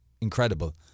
Incredible